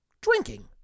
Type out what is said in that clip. drinking